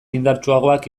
indartsuagoak